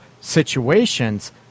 situations